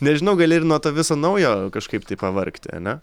nežinau gali ir nuo to viso naujo kažkaip taip pavargti ane